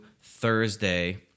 Thursday